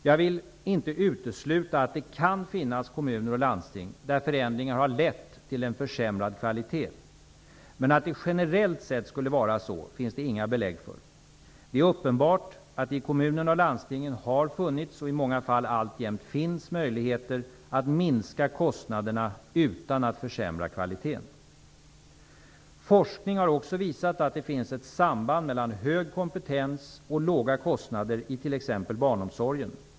Jag vill inte utesluta att det kan finnas kommuner och landsting där förändringar har lett till försämrad kvalitet. Men att det generellt skulle vara så finns det inga belägg för. Det är uppenbart att det i kommunerna och landstingen har funnits och i många fall alltjämt finns möjligheter att minska kostnaderna utan att försämra kvaliteten. Forskning har också visat att det finns ett samband mellan hög kompetens och låga kostnader i t.ex. barnomsorgen.